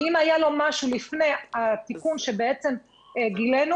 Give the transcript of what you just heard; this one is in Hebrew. ואם היה לו משהו לפני התיקון שבעצם גילינו,